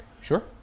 Sure